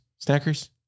Snackers